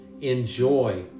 enjoy